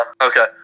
Okay